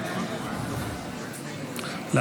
אדוני.